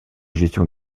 gestion